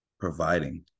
providing